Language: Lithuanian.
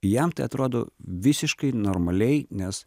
jam tai atrodo visiškai normaliai nes